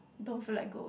don't feel like go